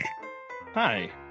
Hi